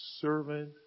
servant